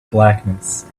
blackness